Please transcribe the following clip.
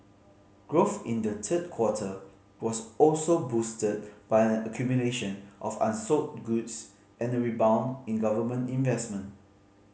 growth in the third quarter was also boosted by an accumulation of unsold goods and a rebound in government investment